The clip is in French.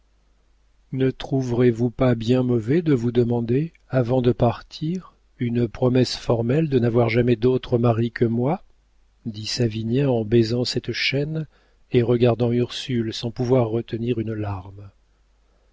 ne trouverez-vous pas bien mauvais de vous demander avant de partir une promesse formelle de n'avoir jamais d'autre mari que moi dit savinien en baisant cette chaîne et regardant ursule sans pouvoir retenir une larme